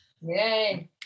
yay